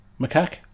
macaque